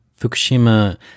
Fukushima